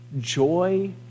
joy